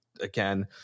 again